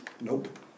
Nope